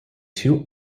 two